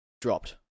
dropped